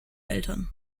eltern